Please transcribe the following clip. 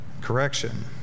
correction